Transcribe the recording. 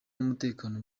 n’umutekano